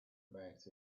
about